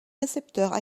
récepteurs